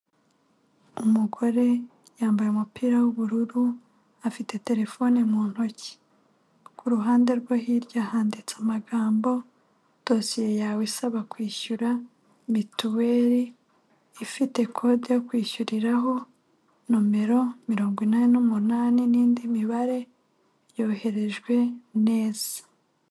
Umugore yambaye umupira w'ubururu, afite telefone mu ntoki ku ruhande rwe hirya handitse amagambo dosiye yawe isaba kwishyura mituweri, ifite kode yo kwishyuriraho nomero mirongo inani n'umunani n'indi mibare, yoherejwe neza.